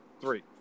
three